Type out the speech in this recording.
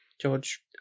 george